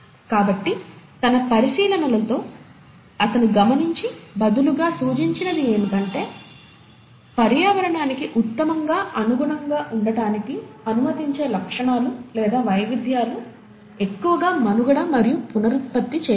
కాబట్టి తన పరిశీలనలతో అతను గమనించి బదులుగా సూచించినది ఏమిటంటే పర్యావరణానికి ఉత్తమంగా అనుగుణంగా ఉండటానికి అనుమతించే లక్షణాలు లేదా వైవిధ్యాలు ఎక్కువగా మనుగడ మరియు పునరుత్పత్తి చేయగలవు